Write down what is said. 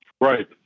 Right